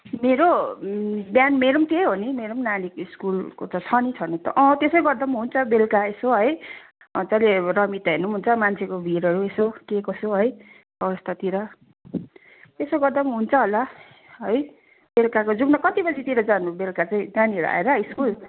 मेरो बिहान मेरो पनि त्यही हो नि मेरो पनि नानीको स्कुल त छ नि छ न त अँ त्यसो गर्दा पनि हुन्छ बेलुका यसो है अँ चलिरहेको रमिता हेर्नु पनि हुन्छ मान्छेको भिडहरू यसो के कसो है चौरस्तातिर त्यसो गर्दा पनि हुन्छ होला है बेलुकाको जाउँ न कति बजीतिर जानु बेलुका चाहिँ त्यहाँनिर आएर स्कुल